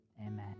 Amen